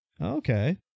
Okay